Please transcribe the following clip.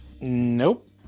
Nope